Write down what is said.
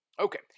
Okay